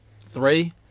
Three